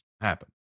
happen